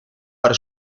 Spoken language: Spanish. para